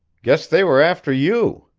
guess they were after you.